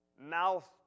mouth